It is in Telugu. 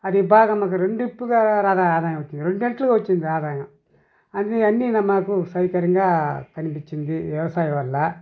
అది బాగ మాకు రెండిప్పుగా ఆదాయం వచ్చింది రెండు రెట్లు వచ్చింది ఆదాయం అందుకని అన్నీ మాకు సౌకర్యంగా కనిపిచ్చింది వ్యవసాయం వల్ల